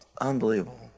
Unbelievable